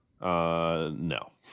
No